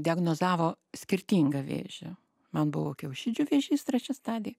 diagnozavo skirtingą vėžį man buvo kiaušidžių vėžys trečia stadij